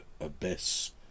abyss